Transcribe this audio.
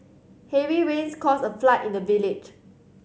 heavy rains caused a flood in the village